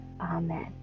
Amen